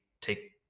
take